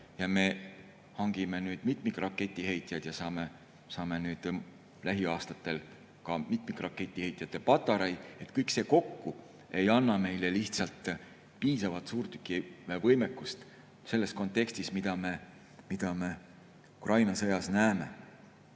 ja me hangime mitmikraketiheitjaid ja saame lähiaastatel ka mitmikraketiheitjate patarei – kõik see kokku ei anna meile piisavalt suurtükiväevõimekust selles kontekstis, mida me Ukraina sõjas näeme.